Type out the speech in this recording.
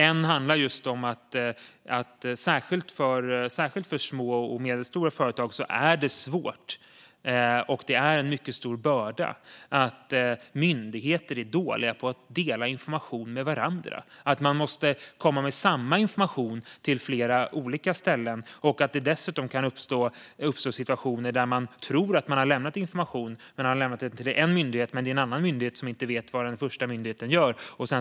En handlar om att det särskilt för små och medelstora företag är en mycket stor börda att myndigheter är dåliga på att dela information med varandra. Man måste komma med samma information till flera olika ställen. Dessutom kan det uppstå situationer där man har lämnat information till en myndighet, men en annan myndighet vet inte vad den första myndigheten gör.